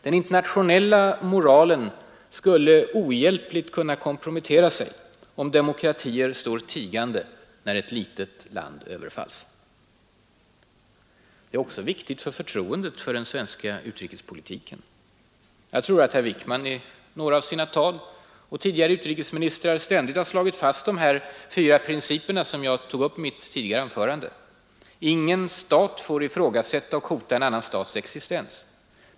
Den internationella moralen skulle ohjälpligt kompromettera sig, om demokratier står tigande när ett litet land överfalls. Ett fördömande är också viktigt för förtroendet för den svenska utrikespolitiken. Jag tror att herr Wickman i några av sina tal, och tidigare utrikesministrar, ständigt har slagit fast de fyra principer som jag tog upp i mitt tidigare anförande: Ingen stat får frågasätta och hota en annan stats existens.